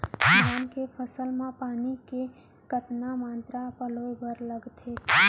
धान के फसल म पानी के कतना मात्रा पलोय बर लागथे?